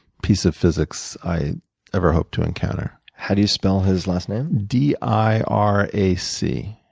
piece of physics i ever hope to encounter. how do you spell his last name? d i r a c.